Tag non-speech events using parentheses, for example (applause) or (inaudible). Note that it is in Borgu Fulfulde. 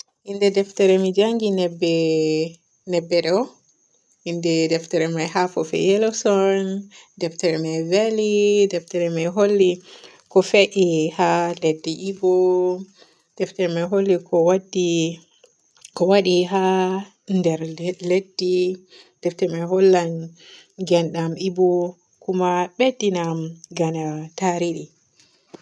(noise) Innde deftere mi njanngi nebbe nebbe ɗo innde deftere me ''half of a yellow sun'' deftere me veli deftere me holli ko fe'i haa leddi Ibo. Defte me holli ko waddi ko waaɗi haa nder leddi defte man hollan gendam Ibo kuma beddina am gana tarihi.